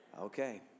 Okay